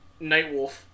Nightwolf